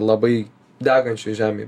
labai degančioj žemėj